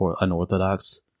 unorthodox